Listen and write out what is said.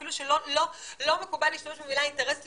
אפילו שלא מקובל להשתמש במילים אינטרס לאומי,